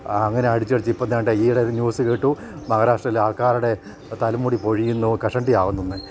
അങ്ങനെ അടിച്ചടിച്ചു ഇപ്പം വേണ്ട ഈയിടെ ന്യൂസ് കേട്ടു മഹാരാഷ്ട്രയിലെ ആൾക്കാരുടെ തലമുടി പൊഴിയുന്നു കഷണ്ടി ആവുന്നു എന്ന്